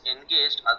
engaged